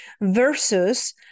versus